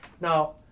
Now